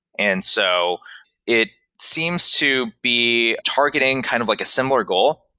and so it seems to be targeting kind of like a similar goal,